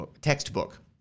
textbook